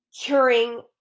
curing